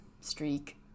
streak